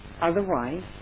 otherwise